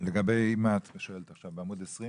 לגבי מה את שואלת עכשיו, בעמוד 20?